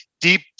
deep